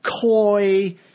coy